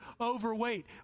overweight